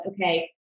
okay